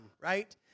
right